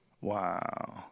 Wow